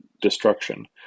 destruction